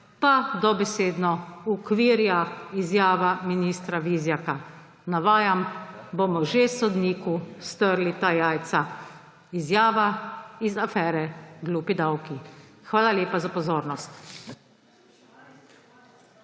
pa dobesedno uokvirja izjava ministra Vizjaka. Navajam: »Bomo že sodniku strli ta jajca.« Izjava iz afere glupi davki. Hvala lepa za pozornost.